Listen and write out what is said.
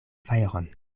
fajron